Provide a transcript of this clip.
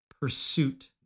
pursuit